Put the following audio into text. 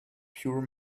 pure